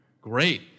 Great